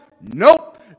Nope